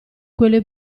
quelle